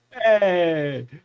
Hey